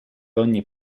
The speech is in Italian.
ogni